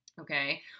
Okay